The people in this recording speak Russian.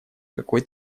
какой